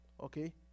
Okay